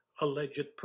alleged